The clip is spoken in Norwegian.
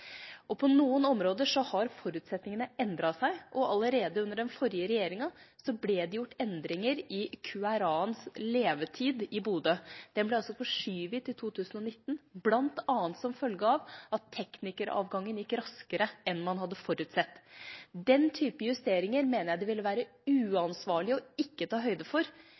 På noen områder har forutsetningene endret seg, og allerede under den forrige regjeringa ble det gjort endringer i QRA-ens levetid i Bodø. Den ble forskjøvet til 2019, bl.a. som følge av at teknikeravgangen gikk raskere enn man hadde forutsett. Den type justeringer mener jeg det ville være uansvarlig ikke å ta høyde for nå som vi holder på med en kontinuerlig langtidsplanlegging, og vi har et ansvar for